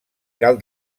cal